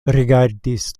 rigardis